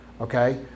okay